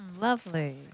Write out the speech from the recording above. Lovely